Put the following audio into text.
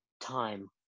time